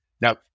Now